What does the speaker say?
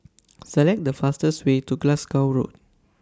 Select The fastest Way to Glasgow Road